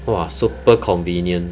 !wah! super convenient